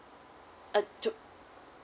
uh to